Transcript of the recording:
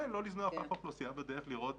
כן, לא לזנוח אף אוכלוסייה בדרך, לראות